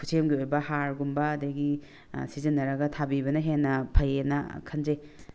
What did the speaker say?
ꯈꯨꯁꯦꯝꯒꯤ ꯑꯣꯏꯕ ꯍꯥꯔꯒꯨꯝꯕ ꯑꯗꯒꯤ ꯁꯤꯖꯤꯟꯅꯔꯒ ꯊꯥꯕꯤꯕꯅ ꯍꯦꯟꯅ ꯐꯩ ꯍꯥꯏꯅ ꯈꯟꯖꯩ